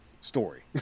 story